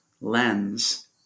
lens